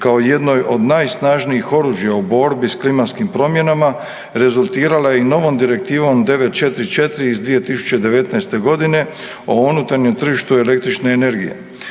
kao jednoj od najsnažnijih oružja u borbi s klimatskim promjenama rezultirala je i novom Direktivom 944 iz 2019. godine o unutarnjem tržištu električne energije.